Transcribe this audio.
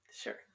Sure